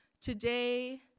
Today